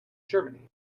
germany